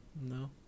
No